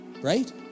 right